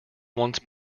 once